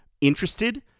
interested